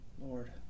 Lord